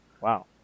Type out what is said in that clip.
Wow